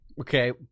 Okay